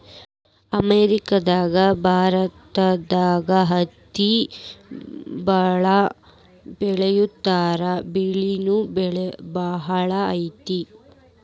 America ಭಾರತದಾಗ ಹತ್ತಿನ ಬಾಳ ಬೆಳಿತಾರಾ ಬೆಲಿನು ಬಾಳ ಐತಿ